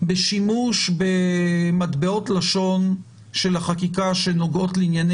בשימוש במטבעות לשון של החקיקה שנוגעים לענייני